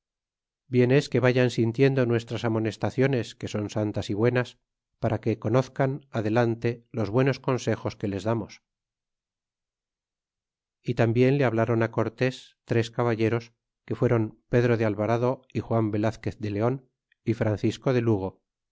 bien es que vayan sintiendo nuestras amonestaciones que son santas y buenas para que conozcan adelante los buenos consejos que les damos y tambien le habláron á cortés tres caballeros que fueron pedro de alvarado y juan velazquez de leon y francisco de lugo